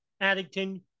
Addington